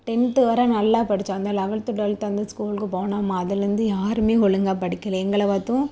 tenth வர நல்லா படித்தோம் அந்த லெவல்த்து டுவெல்த்து அந்த ஸ்கூலுக்குப் போனோம் அதுலேருந்து யாருமே ஒழுங்கா படிக்கலை எங்களை பார்த்தும்